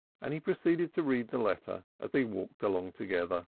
and he proceeded to read the letter as they walked along together,